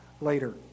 later